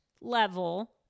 level